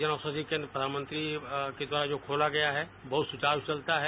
जन औषधि केन्द्र प्रधानमंत्री के द्वारा जो खोला गया है सुचारू चलता है